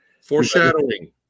Foreshadowing